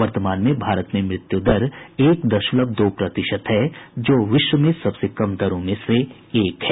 वर्तमान में भारत में मृत्यु दर एक दशमलव दो प्रतिशत है जो विश्व में सबसे कम दरों में से एक है